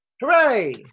Hooray